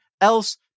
else